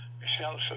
Michelle